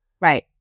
Right